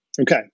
Okay